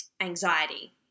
anxiety